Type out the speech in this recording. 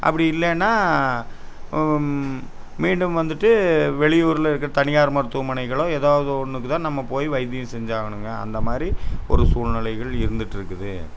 அப்படி இல்லைன்னா மீண்டும் வந்துவிட்டு வெளி ஊரில் இருக்கிற தனியார் மருத்துவமனைகளோ எதாவது ஒன்றுக்கு தான் நாம் போய் வைத்தியம் செஞ்சு ஆகணுங்க அந்த மாதிரி ஒரு சூழ்நிலைகள் இருந்துகிட்டு இருக்குது